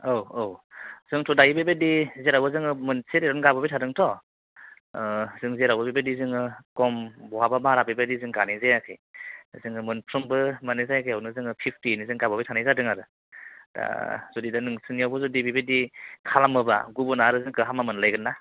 औ औ जोंथ' दायो बेबायदि जेरावबो जोङो मोनसे रेटआवनो गाबोबाय थादोंथ' जों जेरावबो बेफोरबादि जोङो खम बहाबा बारा जों गानाय जायाखै जोङो मोनफ्रोमबो माने जायगायावनो जोङो फ्फिटयैनो जों गाबोबाय थानाय जादों आरो दा जुदि नोंसिनियावबो जुदि बेबादि खालामो बा गुबुनाबो आरो जोंखौ हामा मोनलायगोन ना